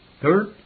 Third